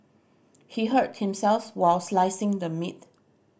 he hurt himself while slicing the meat